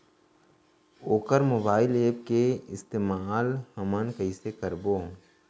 वोकर mobile app के इस्तेमाल हमन कइसे करबो?